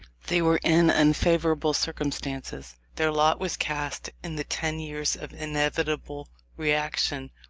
they were in unfavourable circumstances. their lot was cast in the ten years of inevitable reaction,